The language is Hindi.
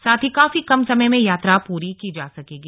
साथ ही काफी कम समय में यात्रो पूरी की जा सकेगी